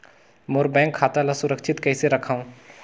मोर bank खाता ला सुरक्षित कइसे रखव?